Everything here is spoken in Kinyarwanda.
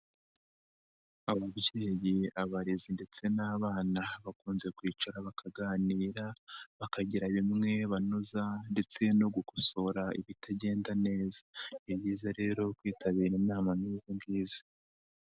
Ababyeyi abarezi ndetse n'abana bakunze kwicara bakaganira, bakagira bimwe banoza ndetse no gukosora ibitagenda neza. Ni byiza rero kwitabira inama nk'izingizi.